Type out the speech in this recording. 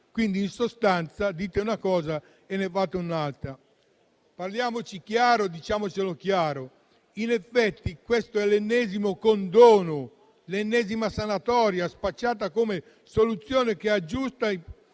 prima. In sostanza, dite una cosa e ne fate un'altra. Parliamoci chiaro, diciamo chiaramente che, in effetti, questo è l'ennesimo condono, l'ennesima sanatoria spacciata come soluzione che, in